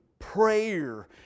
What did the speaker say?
prayer